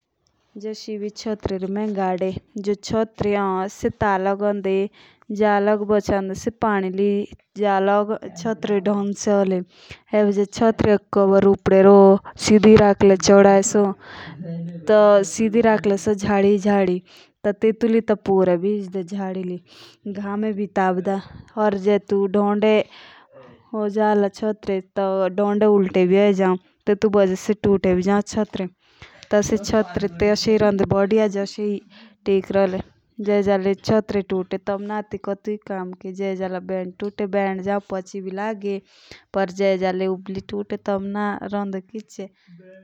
जस एभी मे छतरी री गाड़ी तो सो ता लग बोचंदी सो पानी लिय जा लग से सही रोली ईब जो छतरिया को काबर उपदी रो तो सीदी रोला तो तू तो पूरा भिजला। या जे ढोंडे चोदलम तो चटरी उलटी भी होई गांव। या तो भी सोकोन।